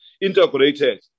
integrated